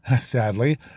sadly